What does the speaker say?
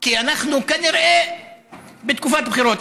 כי אנחנו כנראה בתקופת בחירות,